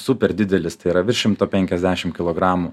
super didelis tai yra virš šimto penkiasdešim kilogramų